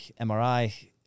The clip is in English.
MRI